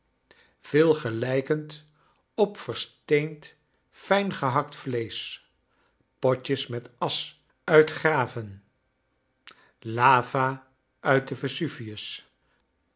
veel gelijkend op versteend fijngehakt vleesch potjes met asch uit graven lava uit de vesuvius